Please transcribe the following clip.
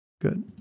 Good